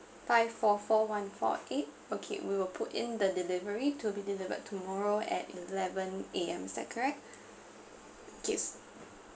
five four four one four eight okay we will put in the delivery to be delivered tomorrow at eleven A_M is that correct okay